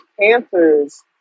Panthers